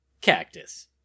cactus